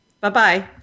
Bye-bye